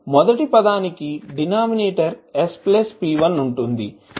మొదటి పదానికి denominator s p1 ఉంటుంది